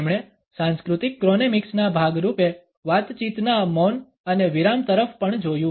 તેમણે સાંસ્કૃતિક ક્રોનેમિક્સના ભાગ રૂપે વાતચીતના મૌન અને વિરામ તરફ પણ જોયું